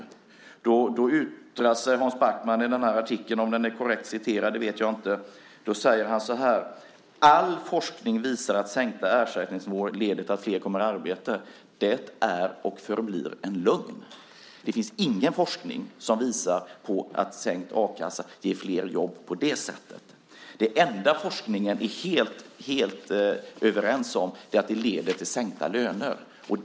Hans Backman yttrar sig i den här artikeln - jag vet inte om den är korrekt citerad - och säger så här: All forskning visar att sänkta ersättningsnivåer leder till att flera kommer i arbete. Det är och förblir en lögn. Det finns ingen forskning som visar på att sänkt a-kassa ger flera jobb på det sättet. Det enda man i forskningen är helt överens om är att det leder till sänkta löner.